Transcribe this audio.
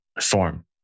form